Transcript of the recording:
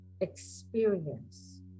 experience